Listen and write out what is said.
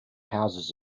houses